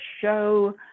show